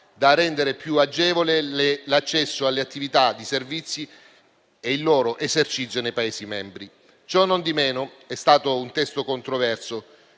da rendere più agevole l'accesso alle attività dei servizi e il loro esercizio nei Paesi membri. Cionondimeno è stato un testo controverso,